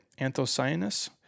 Anthocyanus